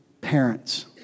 parents